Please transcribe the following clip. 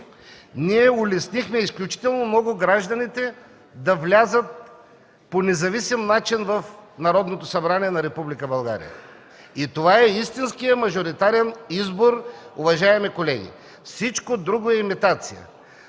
ние улеснихме изключително много гражданите да влязат по независим начин в Народното събрание на Република България. Това е истинският мажоритарен избор, уважаеми колеги, всичко друго е имитация.